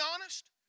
honest